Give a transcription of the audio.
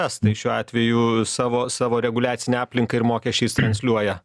estai šiuo atveju savo savo reguliacine aplinka ir mokesčiais transliuoja